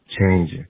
changing